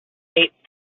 eight